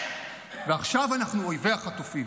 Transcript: ועכשיו אנחנו אויבי החטופים